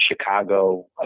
Chicago